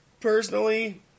Personally